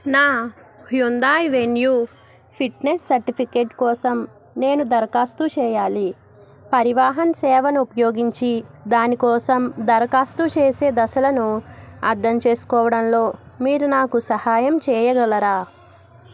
నా Hyundai Venue fitness certificate కోసం నేను దరఖాస్తు చేయాలి పరివాహన్ సేవను ఉపయోగించి దాని కోసం దరఖాస్తు చేసే దశలను అర్థం చేసుకోవడంలో మీరు నాకు సహాయం చేయగలరా